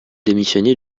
démissionné